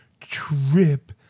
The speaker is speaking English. Trip